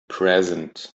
present